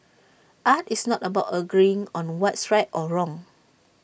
art is not about agreeing on what's right or wrong